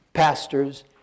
pastors